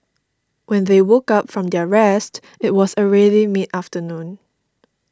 when they woke up from their rest it was already mid afternoon